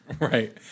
Right